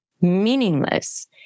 meaningless